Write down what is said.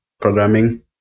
programming